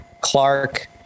Clark